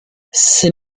ses